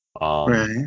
Right